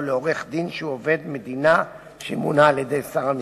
לעורך-דין שהוא עובד מדינה שמונה על-ידי שר המשפטים.